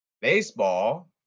baseball